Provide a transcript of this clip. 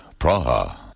Praha